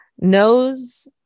knows